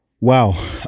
Wow